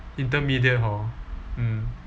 intermediate hor mm